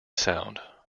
sound